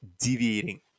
deviating